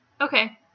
Okay